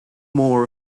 more